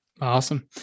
Awesome